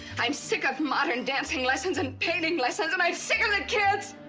i'm sick of modern dancing lessons and painting lessons, and i'm sick of the kids!